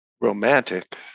romantic